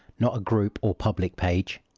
not a group or public page.